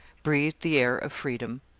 breathed the air of freedom.